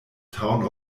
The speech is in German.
town